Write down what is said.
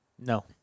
No